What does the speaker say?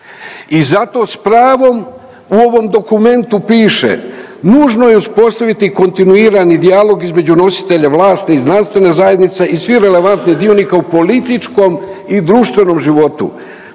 i zato s pravom u ovom dokumentu piše, nužno je uspostaviti kontinuirani dijalog između nositelja vlasti i znanstvene zajednice i svih relevantnih dionika u političkom i društvenom životu.